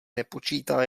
nepočítá